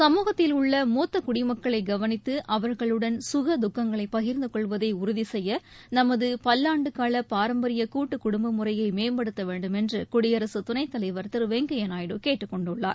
சமூகத்தில் உள்ள மூத்த குடிமக்களை கவனித்து அவர்களுடன் சுக துக்கங்களை பகிர்ந்து கொள்வதை உறுதி செய்ய நமது பல்லாண்டுகால பாரம்பரிய கூட்டு குடும்ப முறையை மேம்படுத்த வேண்டுமென்று குடியரசு துணைத்தலைவர் திரு வெங்கையா நாயுடு கேட்டுக் கொண்டுள்ளார்